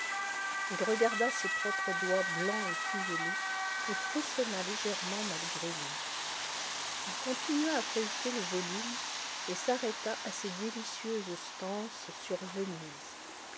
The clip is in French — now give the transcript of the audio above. il regarda ses propres doigts blancs et fuselés et frissonna légèrement malgré lui il continua à feuilleter le volume et s'arrêta à ces délicieuses stances sur venise